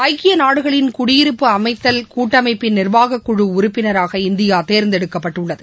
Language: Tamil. ஐக்கிய நாடுகளின் குடியிருப்பு அமைத்தல் கூட்டமைப்பின் நிர்வாகக் குழு உறுப்பினராக இந்தியா தேர்ந்தெடுக்கப்பட்டுள்ளது